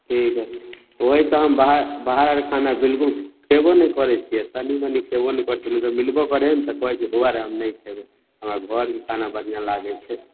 ठीक हइ ओहिसँ हम बाहर बाहर आरकऽ खाना बिलकुल खयबो नहि करैत छियै तनि मनि खयबो ने करैत मतलब मिलबो करै हइ ने तऽ कहैत छियै बउआ रे हम नहि खयबौ हमरा घरके खाना बढ़िआँ लागैत छै